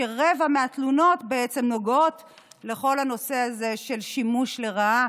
שרבע מהתלונות הן בכל הנושא הזה של שימוש לרעה